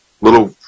little